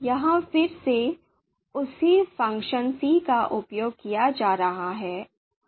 यहाँ फिर से उसी फंक्शन c का उपयोग किया जा रहा है